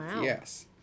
Yes